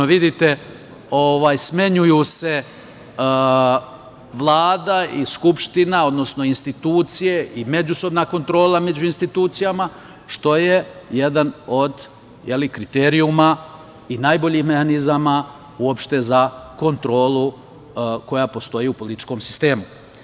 Vidite, smenjuju se Vlada i Skupština, odnosno institucije i međusobna kontrola među institucijama, što je jedan od kriterijuma i najboljih mehanizama uopšte za kontrolu koja postoji u političkom sistemu.